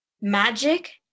magic